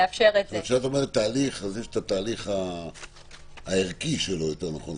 יש את התהליך הערכי ואת התהליך הטכני.